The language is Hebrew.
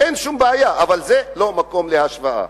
אין שום בעיה, אבל זה לא מקום להשוואה.